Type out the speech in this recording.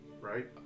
right